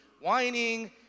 whining